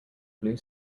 blue